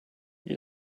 you